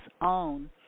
Own